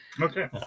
Okay